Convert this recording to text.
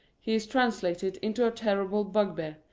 he is translated into a terrible bugbear,